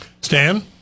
Stan